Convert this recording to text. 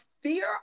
fear